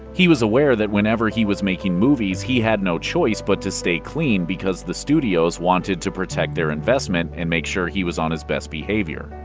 he was aware that whenever he was making movies, he had no choice but to stay clean, because the studios wanted to protect their investment and make sure he was on his best behavior.